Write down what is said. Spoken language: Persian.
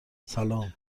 سلام